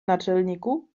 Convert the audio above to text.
naczelniku